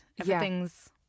Everything's